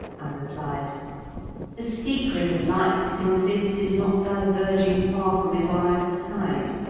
i replied the secret of life consists in not diverging far from it on either side.